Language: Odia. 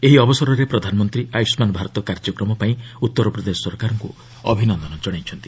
ଏହି ଅବସରରେ ପ୍ରଧାନମନ୍ତ୍ରୀ ଆୟୁଷ୍ମାନ୍ ଭାରତ କାର୍ଯ୍ୟକ୍ରମ ପାଇଁ ଉତ୍ତରପ୍ରଦେଶ ସରକାରଙ୍କୁ ଅଭିନନ୍ଦନ ଜଣାଇଛନ୍ତି